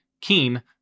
Keen